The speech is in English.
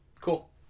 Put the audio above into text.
Cool